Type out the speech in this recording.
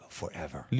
forever